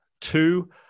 two